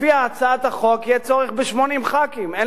לפי הצעת החוק יהיה צורך ב-80 חברי כנסת.